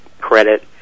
credit